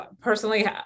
personally